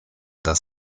das